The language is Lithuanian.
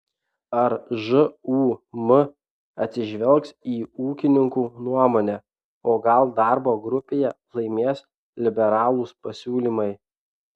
ar žūm atsižvelgs į ūkininkų nuomonę o gal darbo grupėje laimės liberalūs pasiūlymai